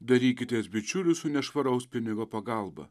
darykitės bičiulių su nešvaraus pinigo pagalba